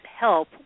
help